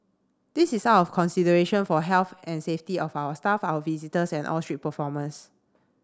this is out of consideration for health and safety of our staff our visitors and all street performers